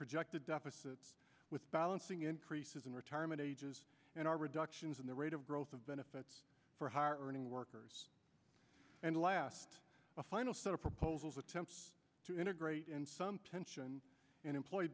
projected deficit with balancing increases in retirement ages and all reductions in the rate of growth of benefits for higher earning workers and last a final set of proposals attempts to integrate in some tension and employee